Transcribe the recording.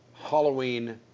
Halloween